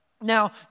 Now